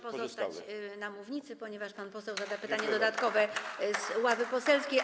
Proszę pozostać na mównicy, ponieważ pan poseł zada pytanie dodatkowe z ławy poselskiej.